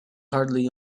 hardly